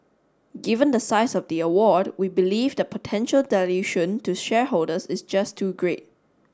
given the size of the award we believe the potential dilution to shareholders is just too great